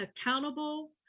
accountable